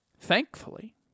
Thankfully